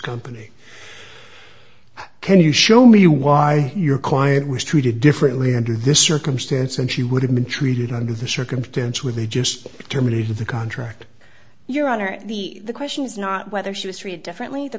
company can you show me why your client was treated differently under this circumstance and she would have been treated under the circumstance where they just terminated the contract your honor the question is not whether she was treated differently the